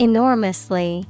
Enormously